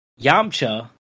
yamcha